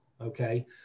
okay